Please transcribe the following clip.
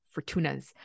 Fortunas